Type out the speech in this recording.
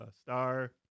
Star